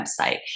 website